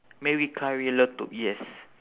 maggi curry letup yes